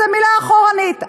מילה אחורנית,